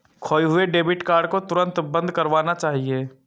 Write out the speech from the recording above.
खोये हुए debit card को तुरंत बंद करवाना चाहिए